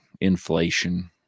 inflation